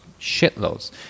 shitloads